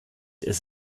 ist